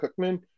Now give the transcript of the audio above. Cookman